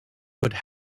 would